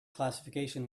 classification